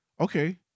Okay